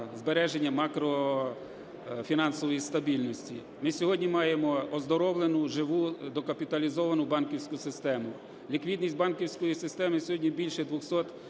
збереження макрофінансової стабільності. Ми сьогодні маємо оздоровлену, живу, докапіталізовану банківську систему. Ліквідність банківської системи сьогодні більше 200